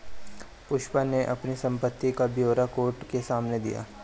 पुष्पा ने अपनी संपत्ति का ब्यौरा कोर्ट के सामने दिया